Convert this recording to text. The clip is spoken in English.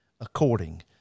according